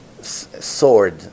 sword